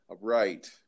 Right